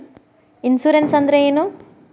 Insurance ಅಂದ್ರ ಏನು?